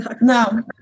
No